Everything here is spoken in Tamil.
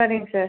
சரிங்க சார்